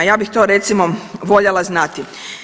Ja bih to recimo voljela znati.